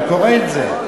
אני קורא את זה,